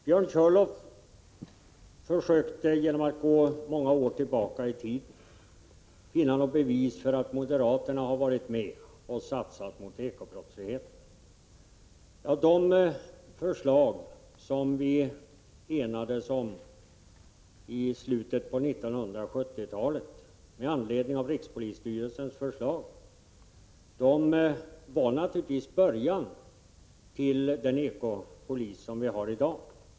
Björn Körlof försökte genom att gå många år tillbaka i tiden finna något bevis för att moderaterna har varit med om att satsa mot ekobrottsligheten. Det som vi enades om i slutet av 1970-talet med anledning av rikspolisstyrelsens förslag var naturligtvis början till den eko-polis som vi har i dag.